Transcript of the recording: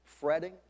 fretting